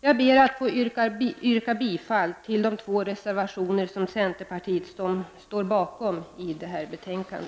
Jag yrkar bifall till de två reservationer som centerpartiet står bakom i detta betänkande.